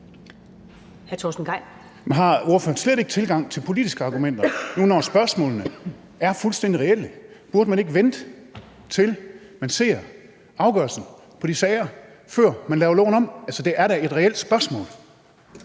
Men har ordføreren slet ikke tilgang til politiske argumenter, nu når spørgsmålene er fuldstændig reelle? Burde man ikke vente, til man ser afgørelsen af de sager, før man laver loven om? Altså, det er da et reelt spørgsmål.